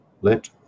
let